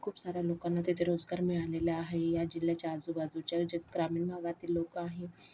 खूप साऱ्या लोकांना तिथे रोजगार मिळालेला आहे या जिल्ह्याच्या आजूबाजूच्या जे ग्रामीण भागातील लोकं आहेत